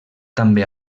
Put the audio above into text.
també